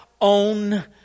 own